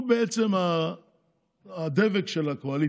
הוא בעצם הדבק של הקואליציה.